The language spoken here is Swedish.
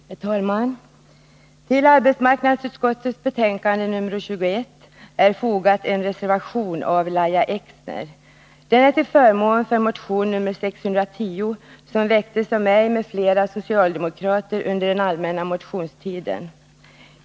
Herr talman! Till arbetsmarknadsutskottets betänkande nr 21 är fogad en reservation av Lahja Exner, nr 17, till förmån för motion nr 610, som väcktes av mig med flera socialdemokrater under den allmänna motionstiden.